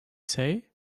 say